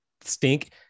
stink